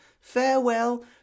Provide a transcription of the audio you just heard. Farewell